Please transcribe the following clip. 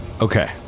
Okay